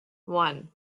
one